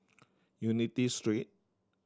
Unity Street